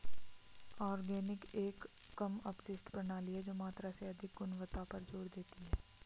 organic एक कम अपशिष्ट प्रणाली है जो मात्रा से अधिक गुणवत्ता पर जोर देती है